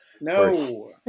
No